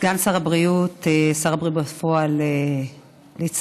סגן שר הבריאות, שר הבריאות בפועל, ליצמן,